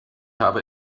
habe